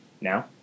Now